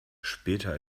später